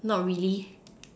not really